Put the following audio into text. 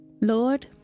Lord